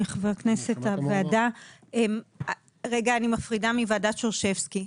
אני מפרידה מוועדת שרשבסקי.